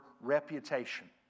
reputation